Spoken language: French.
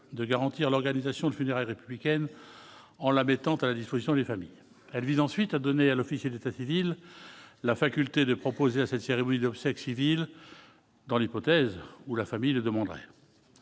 de garantir l'organisation de funérailles républicaine en la mettant à la disposition des familles, elle vise ensuite à donner à l'officier d'état civil, la faculté de proposer à cette cérémonie d'obsèques civiles dans l'hypothèse où la famille le demande